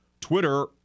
Twitter